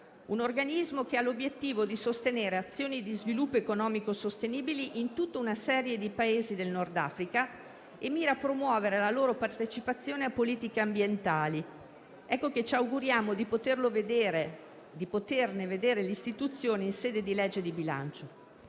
un organismo che ha l'obiettivo di sostenere azioni di sviluppo economico-sostenibili in tutta una serie di Paesi del Nord Africa e mira a promuovere la loro partecipazione a politiche ambientali. Ecco che ci auguriamo di poterne vedere l'istituzione in sede di legge di bilancio.